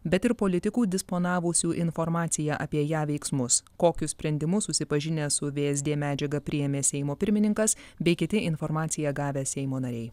bet ir politikų disponavusių informacija apie ją veiksmus kokius sprendimus susipažinęs su vsd medžiaga priėmė seimo pirmininkas bei kiti informaciją gavę seimo nariai